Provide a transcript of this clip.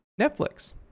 Netflix